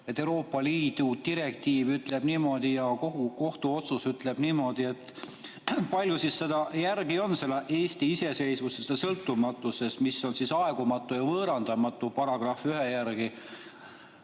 Euroopa Liidu direktiiv ütleb niimoodi ja kohtuotsus ütleb niimoodi. Kui palju siis seda järgi on, seda Eesti iseseisvust ja sõltumatust, mis on aegumatu ja võõrandamatu § 1 järgi,